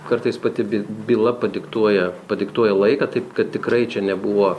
kartais pati by byla padiktuoja padiktuoja laiką taip kad tikrai čia nebuvo